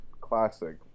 classic